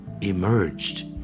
emerged